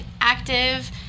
active